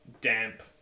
damp